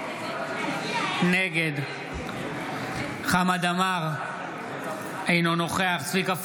נגד חמד עמאר, אינו נוכח צביקה פוגל,